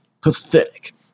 pathetic